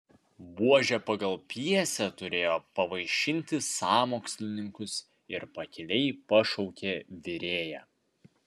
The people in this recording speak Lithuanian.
buožė pagal pjesę turėjo pavaišinti sąmokslininkus ir pakiliai pašaukė virėją